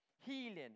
healing